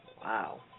Wow